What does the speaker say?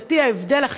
אדוני היושב-ראש.